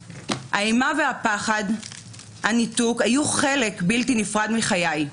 האימה, הפחד והניתוק היו חלק בלתי נפרד מחיי.